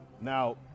Now